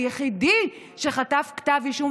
היחידי שחטף כתב אישום,